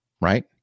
right